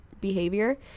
behavior